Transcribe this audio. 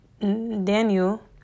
Daniel